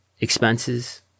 expenses